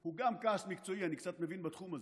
הוא גם כעס מקצועי, אני קצת מבין בתחום הזה,